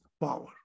power